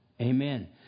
Amen